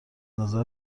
نظر